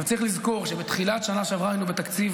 צריך לזכור שבתחילת השנה שעברה היינו בתקציב